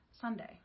Sunday